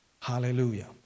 Hallelujah